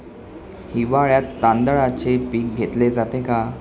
हिवाळ्यात तांदळाचे पीक घेतले जाते का?